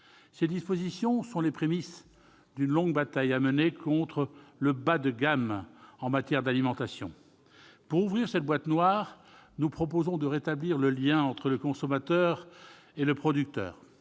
Ces dispositions sont les prémices d'une longue bataille à mener contre le bas de gamme en matière d'alimentation. Pour ouvrir cette boîte noire, nous proposons de rétablir le lien entre le consommateur et le producteur.